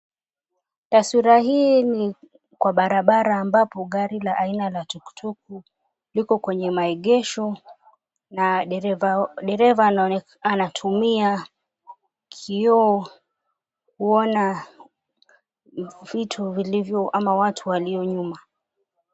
Taswira hii ni kwa barabara ambapo gari la aina la tuktuku liko kwenye maegesho na dereva anatumia kioo kuona vitu vilivyo ama watu walio nyuma.